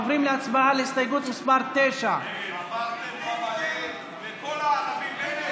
עוברים להצבעה על הסתייגות מס' 9. לכל הערבים,